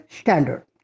standard